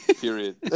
Period